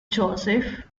josef